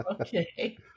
Okay